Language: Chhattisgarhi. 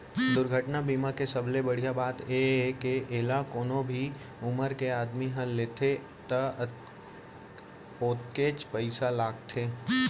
दुरघटना बीमा के सबले बड़िहा बात ए हे के एला कोनो भी उमर के आदमी ह लेथे त ओतकेच पइसा लागथे